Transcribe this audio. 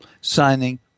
signing